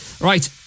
right